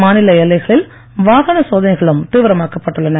மாநில எல்லைகளில் வாகன சோதனைகளும் தீவிரமாக்கப்பட்டுள்ளன